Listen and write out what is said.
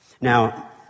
Now